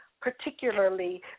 particularly